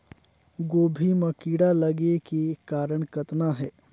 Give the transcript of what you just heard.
गोभी म कीड़ा लगे के कारण कतना हे?